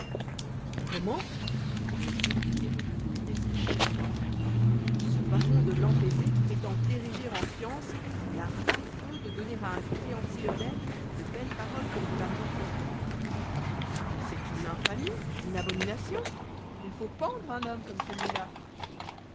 comment vont s'écrier une foule d'esprits étroits ce baron de l'empésé prétend ériger en science l'art affreux de donner à un créancier honnête de belles paroles pour de l'argent comptant mais c'est une infamie une abomination il faut pendre un homme comme celui-là